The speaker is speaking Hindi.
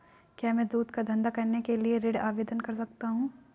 क्या मैं दूध का धंधा करने के लिए ऋण आवेदन कर सकता हूँ?